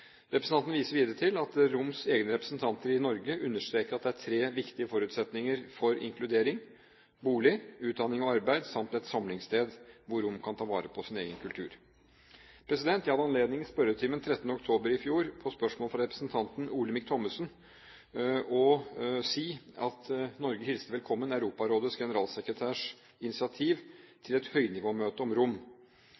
Representanten viser videre til at romenes egne representanter i Norge understreker at det er tre viktige forutsetninger for inkludering: bolig, utdanning og arbeid samt et samlingssted hvor romene kan ta vare på sin egen kultur. Jeg hadde anledning i spørretimen 13. oktober i fjor, på spørsmål fra representanten Olemic Thommessen, å si at Norge hilste velkommen Europarådets generalsekretærs initiativ